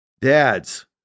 dads